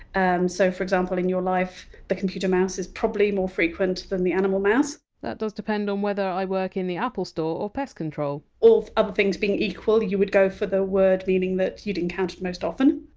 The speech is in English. um so for example, in your life, the computer mouse is probably more frequent than the animal mouse that does depend on whether i work in the apple store or pest control all other things being equal, you would go for the word meaning that you'd encounter most often.